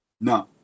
No